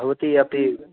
भवति अपि